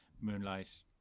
Moonlight